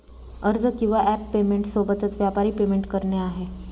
अर्ज किंवा app payment सोबतच, व्यापारी पेमेंट करणे आहे